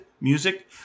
music